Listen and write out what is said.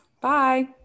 Bye